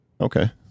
okay